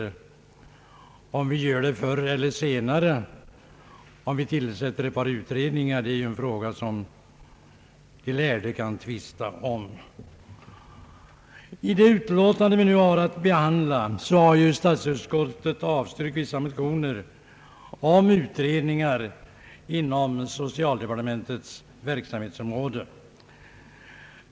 Om vi gör det förr eller senare genom att tillsätta ett par utredningar är en fråga som de lärde kan tvista om. I det utlåtande vi nu har att behandla har statsutskottet avstyrkt vissa motioner om utredningar inom socialdepartementets verksamhetsområde.